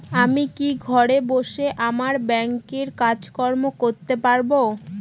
আমি কি ঘরে বসে আমার ব্যাংকের কাজকর্ম করতে পারব?